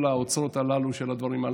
כל האוצרות הללו של הדברים.